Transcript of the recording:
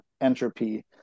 entropy